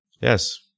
Yes